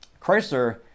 Chrysler